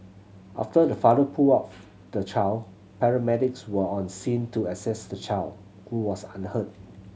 after the father pulled outs the child paramedics were on scene to assess the child who was unhurt